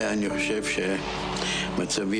נשמח